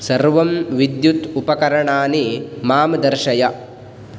सर्वं विद्युत् उपकरणानि मां दर्शय